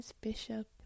bishop